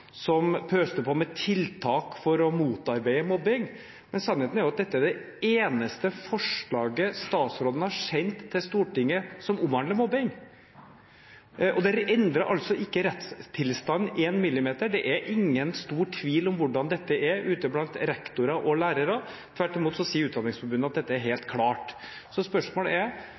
som pøste på med tiltak for å motarbeide mobbing, men sannheten er jo at dette er det eneste forslaget statsråden har sendt til Stortinget som omhandler mobbing. Det endrer ikke rettstilstanden én millimeter. Det er ingen stor tvil om hvordan dette er, ute blant rektorer og lærere. Tvert imot sier Utdanningsforbundet at dette er